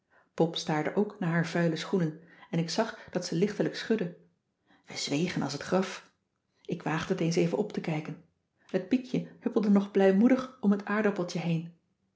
pop staarde ook naar haar vuile schoenen en ik zag dat ze lichtelijk schudde we zwegen als t graf ik waagde het eens even op te kijken t piekje huppelde nog blijmoedig om het aardappeltje heen